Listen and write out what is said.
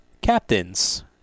Captains